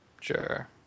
Sure